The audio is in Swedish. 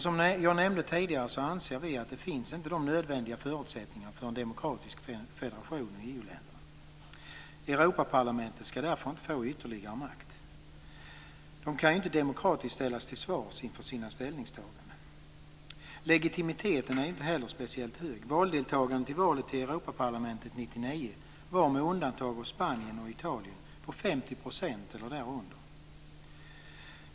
Som jag nämnde tidigare anser vi att det inte finns de nödvändiga förutsättningarna för en demokratisk federation av EU-länderna. Europaparlamentet ska därför inte få ytterligare makt. Ledamöterna kan inte demokratiskt ställas till svars för sina ställningstaganden. Legitimiteten är inte heller speciellt hög. Valdeltagandet i valet till Europaparlamentet 1999 var, med undantag av Spanien och Italien, på 50 % eller därunder.